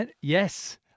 Yes